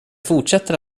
fortsätter